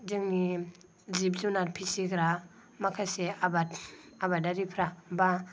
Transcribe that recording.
जोंनि जिब जुनार फिसिग्रा माखासे आबादारिफ्रा बा